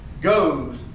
goes